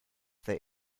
they